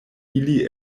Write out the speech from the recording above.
ili